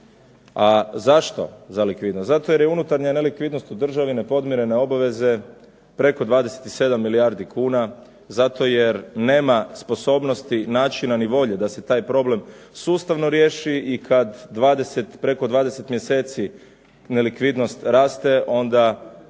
A zašto za likvidnost? Zato jer je unutarnja nelikvidnost u državi, nepodmirene obaveze preko 27 milijardi kuna, zato jer nema sposobnosti, načina i volje da se taj problem sustavno riješi i kada preko 20 mjeseci nelikvidnost raste onda